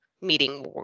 meeting